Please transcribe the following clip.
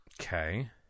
Okay